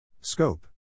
Scope